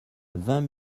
vingt